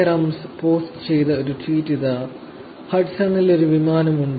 rums post ചെയ്ത ഒരു tweet ഇതാ ഹഡ്സണിൽ ഒരു വിമാനം ഉണ്ട്